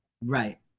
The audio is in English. right